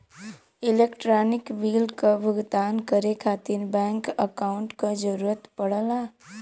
electronic bill क भुगतान करे खातिर बैंक अकांउट क जरूरत पड़ला